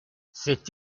c’est